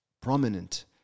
prominent